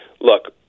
look